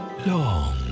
Long